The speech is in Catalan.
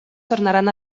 tornaran